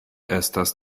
estas